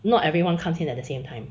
not everyone comes in at the same time